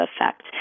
effect